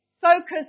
focus